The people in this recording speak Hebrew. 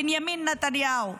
בנימין נתניהו,